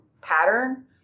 pattern